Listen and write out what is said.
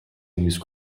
use